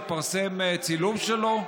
שהתפרסם צילום שלו?